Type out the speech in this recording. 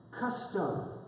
custom